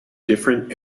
different